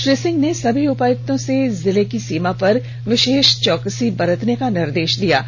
श्री सिंह ने सभी उपायुक्तों से जिले के सीमा पर विशेष चौकसी बरतने का निर्देश दिया है